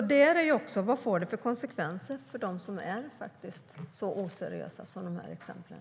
Vad blir det alltså för konsekvenser för dem som är så oseriösa som i de här exemplen?